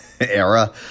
era